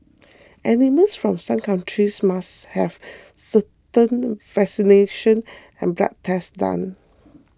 animals from some countries must have certain vaccination and blood tests done